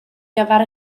gyfer